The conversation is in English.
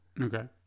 Okay